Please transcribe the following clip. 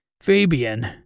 Fabian